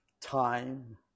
time